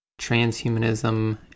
transhumanism